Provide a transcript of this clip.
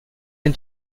est